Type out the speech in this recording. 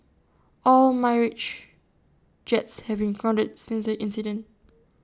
all Mirage jets have been grounded since the incident